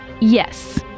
Yes